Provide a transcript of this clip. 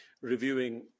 reviewing